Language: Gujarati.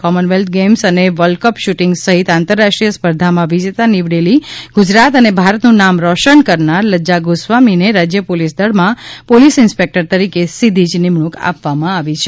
કોમનવેલ્થ ગેઇમ્સ અને વર્લ્ડકપ શૂટિંગ સહિત આંતરરાષ્ટ્રીય સ્પર્ધામાં વિજેતા નીવડી ગુજરાત અને ભારતનું નામ રોશન કરનાર લજ્જા ગોસ્વામીને રાજ્ય પોલીસ દળમાં પોલીસ ઇન્સપેક્ટર તરીકે સીધી જ નિમણુંક આપવામાં આવી છે